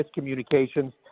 miscommunications